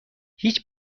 هیچ